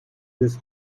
this